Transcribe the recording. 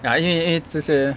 ya 因为因为其实